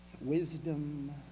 wisdom